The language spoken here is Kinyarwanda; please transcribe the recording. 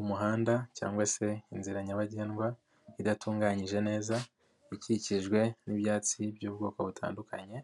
Umuhanda cyangwa se inzira nyabagendwa idatunganyije neza ikikijwe n'ibyatsi by'ubwoko butandukanye,